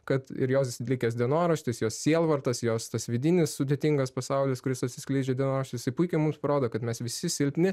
kad ir jos likęs dienoraštis jos sielvartas jos tas vidinis sudėtingas pasaulis kuris atsiskleidžia dienoraščiuos jisai puikiai mums parodo kad mes visi silpni